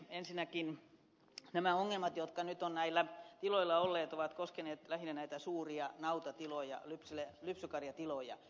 ensinnäkin ongelmat jotka nyt ovat näillä tiloilla olleet ovat koskeneet lähinnä näitä suuria nautatiloja lypsykarjatiloja